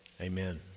Amen